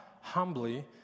Humbly